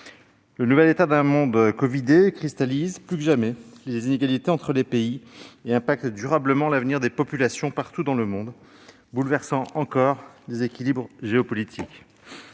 Le nouvel état d'un monde « covidé » cristallise plus que jamais les inégalités entre les pays et affecte durablement l'avenir des populations partout dans le monde, bouleversant encore davantage les équilibres géopolitiques.